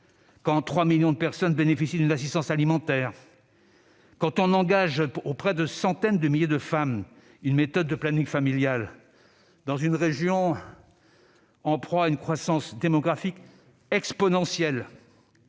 quand 3 millions de personnes bénéficient d'une assistance alimentaire, quand on propose à des centaines de milliers de femmes une méthode de planning familial dans une région en proie à une croissance démographique exponentielle-